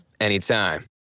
anytime